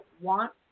want